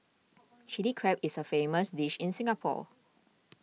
Chilli Crab is a famous dish in Singapore